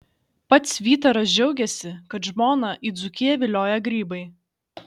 pats vytaras džiaugiasi kad žmoną į dzūkiją vilioja grybai